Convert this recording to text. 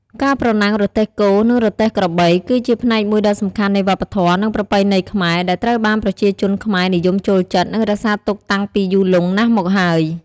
ការប្រណាំងរទេះគោ និងរទេះក្របី គឺជាផ្នែកមួយដ៏សំខាន់នៃវប្បធម៌ និងប្រពៃណីខ្មែរ ដែលត្រូវបានប្រជាជនខ្មែរនិយមចូលចិត្ត និងរក្សាទុកតាំងពីយូរលង់ណាស់មកហើយ។